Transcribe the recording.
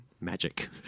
magic